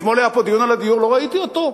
אתמול היה פה דיון על הדיור, לא ראיתי אותו.